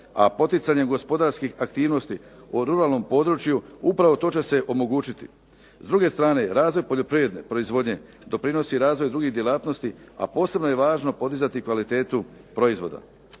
A poticanjem gospodarskih aktivnosti u ruralnom području upravo to će se omogućiti. S druge strane razvoj poljoprivredne proizvodnje doprinosi razvoju drugih djelatnosti a posebno je važno podizati kvalitetu proizvoda.